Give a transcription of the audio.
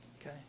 okay